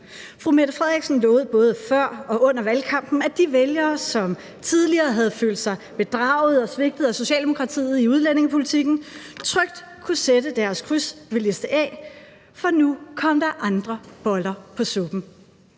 Fru Mette Frederiksen lovede både før og under valgkampen, at de vælgere, som tidligere havde følt sig bedraget og svigtet af Socialdemokratiet i udlændingepolitikken, trygt kunne sætte deres kryds ved liste A, for nu kom der andre boller på suppen.